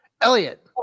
Elliot